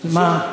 מה?